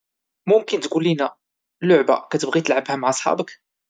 ممكن تقول لينا لعبة كاتبغي تلعبها مع صحابك؟